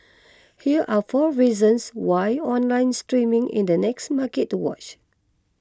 here are four reasons why online streaming is the next market to watch